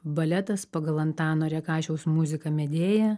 baletas pagal antano rekašiaus muziką medėja